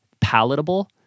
palatable